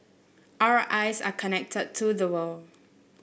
our eyes are connected to the world